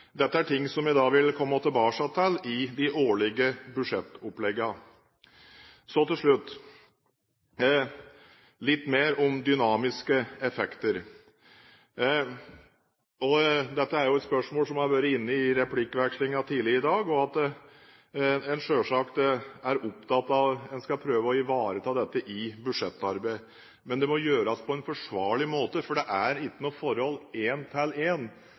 Dette er ting som jeg vil komme tilbake til i de årlige budsjettoppleggene. Så til slutt litt mer om dynamiske effekter. Dette er jo et spørsmål som har vært inne i replikkveksling tidligere i dag, og en er selvsagt opptatt av at en skal prøve å ivareta dette i budsjettarbeidet. Men det må gjøres på en forsvarlig måte, for det er ikke noe forhold